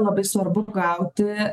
labai svarbu gauti